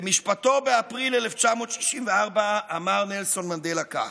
במשפטו, באפריל 1964, אמר נלסון מנדלה כך: